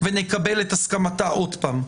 ונקבל את הסכמתה עוד פעם.